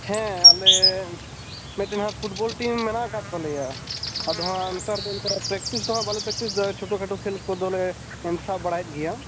ᱦᱮᱸ ᱟᱞᱮ ᱢᱤᱫᱴᱟᱝ ᱯᱷᱩᱴᱵᱚᱞ ᱴᱤᱢ ᱢᱮᱱᱟᱜ ᱠᱟᱜ ᱛᱟᱞᱮᱭᱟ ᱟᱫᱚ ᱦᱟᱜ ᱱᱮᱛᱟᱨ ᱫᱚ ᱚᱱᱠᱟ ᱯᱨᱮᱠᱴᱤᱥ ᱫᱚ ᱦᱟᱜ ᱵᱟᱞᱮ ᱯᱨᱮᱠᱴᱤᱥ ᱫᱟ ᱪᱷᱳᱴᱳ ᱠᱷᱟᱴᱳ ᱠᱷᱮᱞ ᱠᱚᱫᱚᱞᱮ ᱥᱟᱵ ᱵᱟᱲᱟᱮᱫ ᱜᱮᱭᱟ